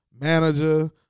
manager